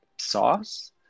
sauce